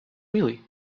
really